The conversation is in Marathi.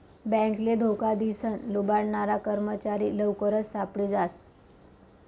बॅकले धोका दिसन लुबाडनारा कर्मचारी लवकरच सापडी जास